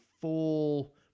full